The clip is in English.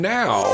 now